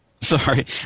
Sorry